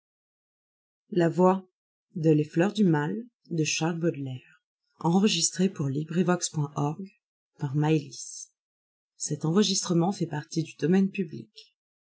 les fleurs du mal ne